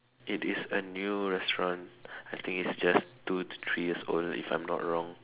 it is a new restaurant I think it's just two to three years old if I'm not wrong